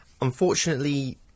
unfortunately